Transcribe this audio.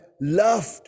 loved